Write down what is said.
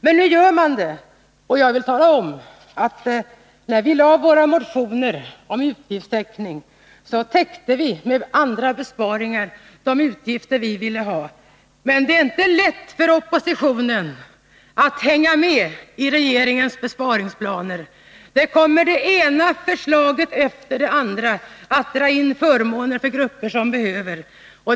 Men nu gör man det. Jag vill tala om att när vi väckte våra motioner om utgiftstäckning, så täckte vi med andra besparingar de utgiftsökningar vi ville ha. Men det är inte lätt för oppositionen att hänga med i regeringens besparingsplaner. Här kommer det ena förslaget efter det andra som innebär att man drar in förmåner för grupper som behöver stöd.